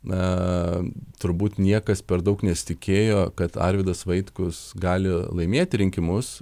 na turbūt niekas per daug nesitikėjo kad arvydas vaitkus gali laimėti rinkimus